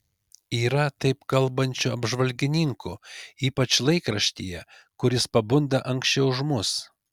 yra taip kalbančių apžvalgininkų ypač laikraštyje kuris pabunda anksčiau už mus